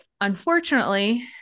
unfortunately